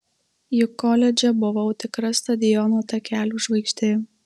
juk koledže buvau tikra stadiono takelių žvaigždė